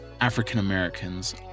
African-Americans